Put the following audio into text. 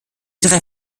drei